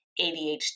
ADHD